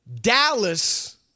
Dallas